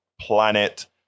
planet